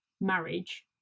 marriage